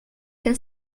can